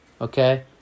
Okay